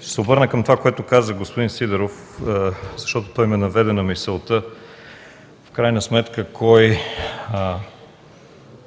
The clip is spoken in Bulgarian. ще се обърна към това, което каза господин Сидеров, защото той ме наведе на мисълта в крайна сметка кой